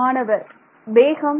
மாணவர் வேகம்